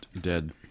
dead